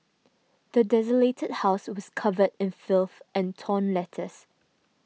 the desolated house was covered in filth and torn letters